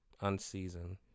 unseasoned